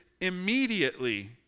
immediately